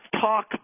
talk